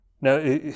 Now